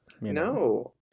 No